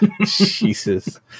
Jesus